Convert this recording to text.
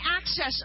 access